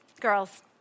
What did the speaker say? Girls